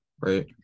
right